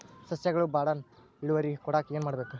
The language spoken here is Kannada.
ಸಸ್ಯಗಳು ಬಡಾನ್ ಇಳುವರಿ ಕೊಡಾಕ್ ಏನು ಮಾಡ್ಬೇಕ್?